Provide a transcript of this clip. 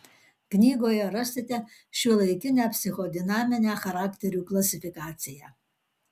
knygoje rasite šiuolaikinę psichodinaminę charakterių klasifikaciją